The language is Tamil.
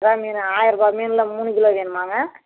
வெறால் மீன் ஆயிரருபா மீனில் மூணு கிலோ வேணுமாங்க